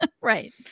Right